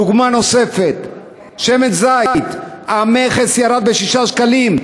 דוגמה נוספת, שמן זית: המכס ירד ב-6 שקלים,